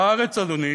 בארץ, אדוני,